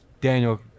Daniel